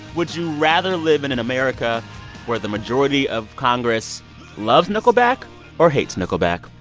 would you rather live in an america where the majority of congress loves nickelback or hates nickelback?